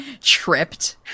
tripped